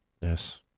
Yes